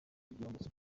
nagerageje